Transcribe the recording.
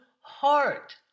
heart